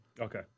Okay